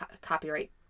copyright